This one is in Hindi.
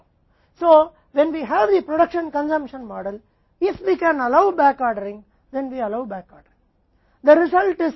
इसलिए जब हमारे पास उत्पादन खपत मॉडल होता है यदि हम बैकऑर्डरिंग की अनुमति दे सकते हैं तो हम बैकऑर्डरिंग की अनुमति देते हैं